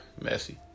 messy